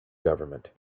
government